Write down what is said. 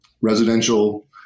residential